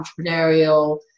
entrepreneurial